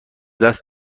دست